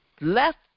left